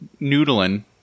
Noodling